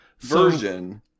version